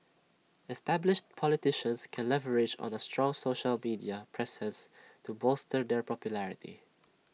established politicians can leverage on A strong social media presence to bolster their popularity